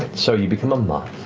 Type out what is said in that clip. so you become a moth.